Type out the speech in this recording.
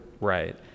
Right